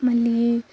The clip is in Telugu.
మళ్ళీ